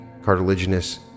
Cartilaginous